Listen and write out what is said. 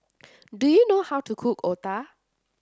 do you know how to cook Otah